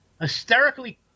hysterically